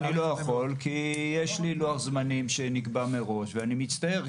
אני לא יכול כי יש לי לוח זמנים שנקבע מראש ואני מצטער.